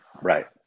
Right